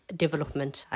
Development